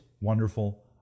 wonderful